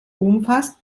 umfasst